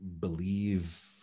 believe